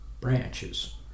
branches